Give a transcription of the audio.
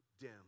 dim